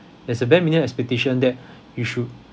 there's a bare minimum expectation that you should